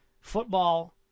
football